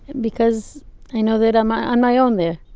because i know that i'm on my own there.